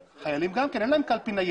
חיילים, אין להם קלפי ניידת.